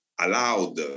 allowed